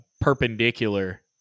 perpendicular